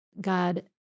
God